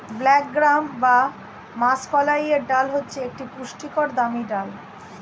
black gram বা মাষকলাইয়ের ডাল হচ্ছে একটি পুষ্টিকর দামি ডাল